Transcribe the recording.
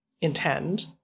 intend